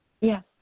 Yes